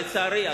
לצערי.